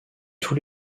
tout